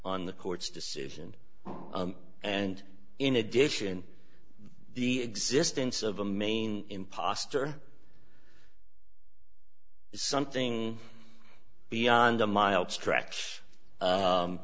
on the court's decision and in addition the existence of a main impostor something beyond a mile stretch